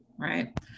right